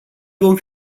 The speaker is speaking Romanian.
vom